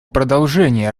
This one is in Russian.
продолжения